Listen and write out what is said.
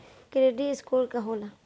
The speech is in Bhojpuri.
क्रेडिट स्कोर का होला?